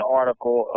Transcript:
article